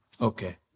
Okay